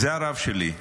זה הרב שלי.